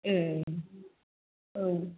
ए औ